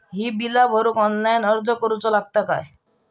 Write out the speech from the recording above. ही बीला भरूक ऑनलाइन अर्ज करूचो लागत काय?